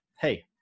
hey